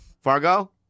Fargo